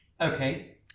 Okay